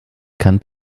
kann